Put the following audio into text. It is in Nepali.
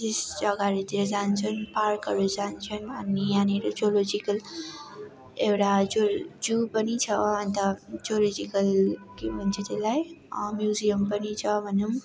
त्यस जग्गाहरूतिर जान्छन् पार्कहरू जान्छन् अनि यहाँनिर जुलोजिकल एउटा जो जु पनि छ अन्त जुलोजिकल के भन्छ त्यसलाई म्युजियम पनि छ भनौँ